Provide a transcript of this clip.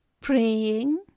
praying